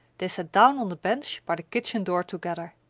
they sat down on the bench by the kitchen door together.